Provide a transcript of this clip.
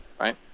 right